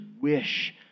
wish